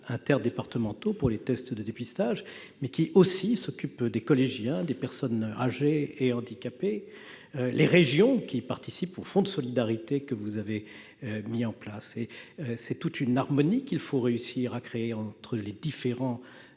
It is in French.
interdépartementaux, afin de réaliser les tests de dépistage, mais qui s'occupent aussi des collégiens et des personnes âgées ou handicapées ; les régions, qui participent au fonds de solidarité que vous avez mis en place. C'est toute une harmonie qu'il faut réussir à créer entre les différents